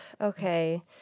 okay